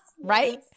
Right